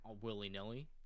willy-nilly